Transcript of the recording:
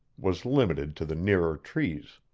was limited to the nearer trees.